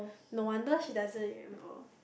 no wonder she doesn't remember